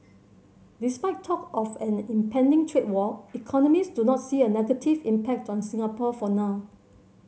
despite talk of an impending trade war economist do not see a negative impact on Singapore for now